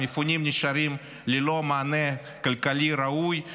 המפונים נשארים ללא מענה כלכלי ראוי,